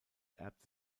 erbte